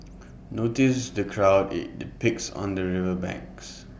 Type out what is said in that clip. notice the crowd IT depicts on the river banks